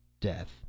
death